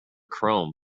chrome